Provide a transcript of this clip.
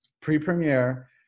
pre-premiere